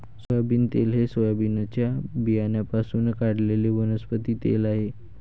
soybean तेल हे सोयाबीनच्या बियाण्यांपासून काढलेले वनस्पती तेल आहे